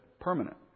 permanent